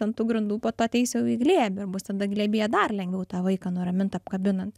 ant tų grindų po to ateis jau į glėbį ir bus tada glėbyje dar lengviau tą vaiką nuramint apkabinant